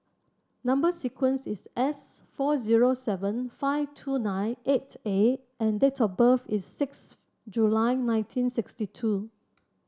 number sequence is S four zero seven five two nine eight A and date of birth is six July nineteen sixty two